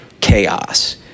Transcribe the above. chaos